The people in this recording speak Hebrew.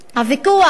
הוויכוח